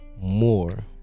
more